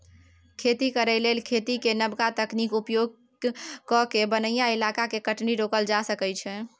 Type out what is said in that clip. खेती करे लेल खेती केर नबका तकनीक उपयोग कए कय बनैया इलाका के कटनी रोकल जा सकइ छै